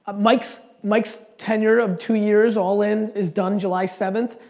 mike's mike's tenure of two years all-in, is done july seventh.